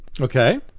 Okay